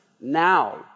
now